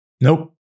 Nope